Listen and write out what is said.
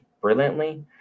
brilliantly